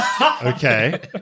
Okay